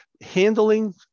Handling